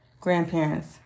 grandparents